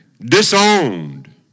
disowned